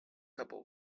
couple